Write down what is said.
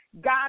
God